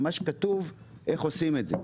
ממש כתוב איך עושים את זה.